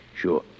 Sure